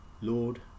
Lord